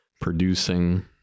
producing